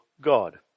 God